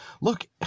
look